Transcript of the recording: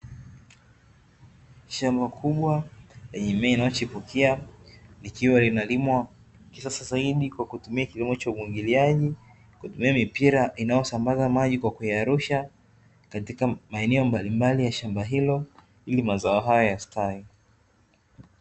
Shamba kubwa lenye mimea inayochipukia, likiwa linalimwa kisasa zaidi kwakutumia kilimo cha umwagiliaji kutumia mipira inayosambaza maji, kwa kuyarusha katika maeneo mbalimbali ya shamba hilo, ili mazao hayo yastawi.